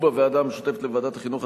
ובוועדה המשותפת לוועדת החינוך,